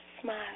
smile